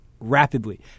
rapidly